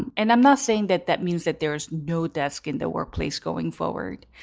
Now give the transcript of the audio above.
and and i'm not saying that that means that there's no desk in the workplace going forward.